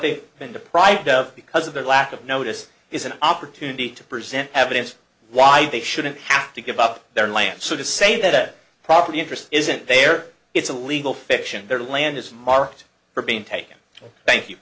they've been deprived of because of their lack of notice is an opportunity to present evidence for why they shouldn't have to give up their land so to say that property interest isn't there it's a legal fiction their land is marked for being taken thank you